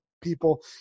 people